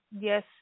yes